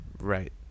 Right